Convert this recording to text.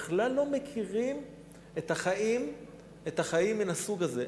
בכלל לא מכירים את החיים מן הסוג הזה.